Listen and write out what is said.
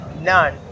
none